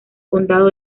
condado